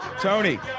Tony